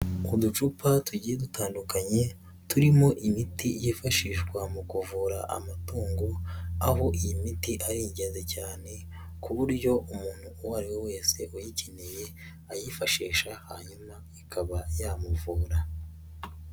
Uducupa tugiye dutandukanye, turimo imiti yifashishwa mu kuvura amatungo, aho iyi miti ari ingenzi cyane ku buryo umuntu uwo ariwe wese uyikeneyene, ayifashisha hanyuma ikaba yamuvura.